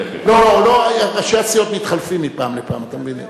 לא לא, ראשי הסיעות מתחלפים מפעם לפעם, אתה מבין.